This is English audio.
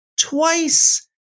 twice